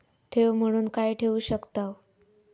ठेव म्हणून काय ठेवू शकताव?